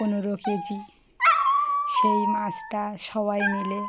পনেরো কেজি সেই মাছটা সবাই মিলে